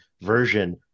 version